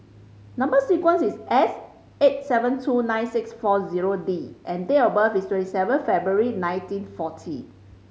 number sequence is S eight seven two nine six four zero D and date of birth is twenty seven February nineteen forty